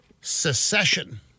secession